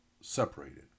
separated